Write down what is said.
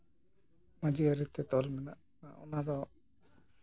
ᱢᱟᱹᱡᱷᱤ ᱟᱹᱨᱤᱛᱮ ᱛᱚᱞ ᱢᱮᱱᱟᱜ ᱵᱚᱱᱟ ᱚᱱᱟ ᱫᱚ